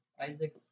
Isaac